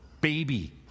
baby